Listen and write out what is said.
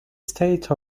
state